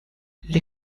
les